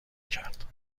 کرد